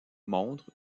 montre